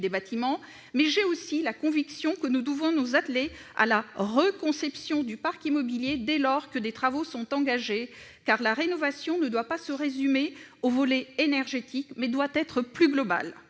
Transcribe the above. des bâtiments, mais j'ai aussi la conviction que nous devons nous atteler à la « reconception » du parc immobilier, dès lors que des travaux sont engagés, car la rénovation doit non pas se résumer à son volet énergétique, mais être plus globale.